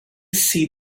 see